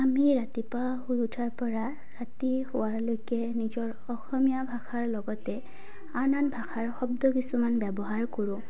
আমি ৰাতিপুৱা শুই উঠাৰ পৰা ৰাতি শোৱালৈকে নিজৰ অসমীয়া ভাষাৰ লগতে আন আন ভাষাৰ শব্দ কিছুমান ব্যৱহাৰ কৰোঁ